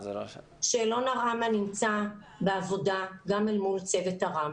שאלון הראמ"ה נמצא בעבודה גם אל מול צוות הראמ"ה.